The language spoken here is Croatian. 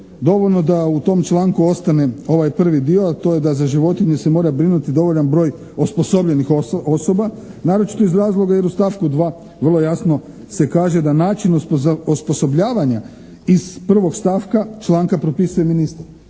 dovoljno da u tom članku ostane ovaj prvi dio, a to je da za životinje se mora brinuti dovoljan broj osposobljenih osoba, naročito iz razloga jer u stavku 2. vrlo jasno se kaže da način osposobljavanja iz 1. stavka članka propisuje ministar.